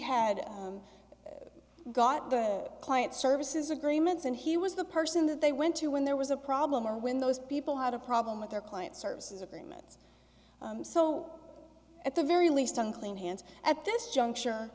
had got the client services agreements and he was the person that they went to when there was a problem or when those people had a problem with their client services agreements so at the very least on clean hands at this juncture